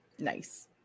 Nice